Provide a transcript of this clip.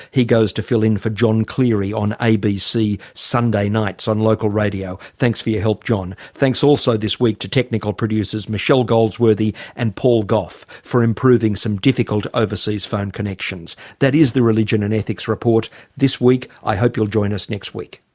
he goes to fill in for john cleary on abc sunday nights on local radio. thanks for your help, noel. thanks also this week to technical producers, michelle goldsworthy and paul gough for improving some difficult overseas phone connections. that is the religion and ethics report this week. i hope you'll join us next week